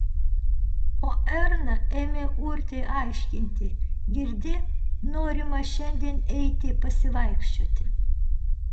o erna ėmė urtei aiškinti girdi norima šiandien eiti pasivaikščioti